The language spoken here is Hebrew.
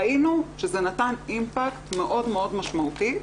ראינו שזה נתן אימפקט מאוד מאוד משמעותי.